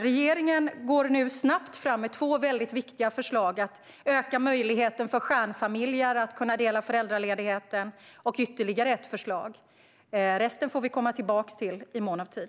Regeringen går nu snabbt fram med två viktiga förslag - att öka möjligheten för stjärnfamiljer att dela föräldraledigheten och ytterligare ett förslag. Resten får vi komma tillbaka till i mån av tid.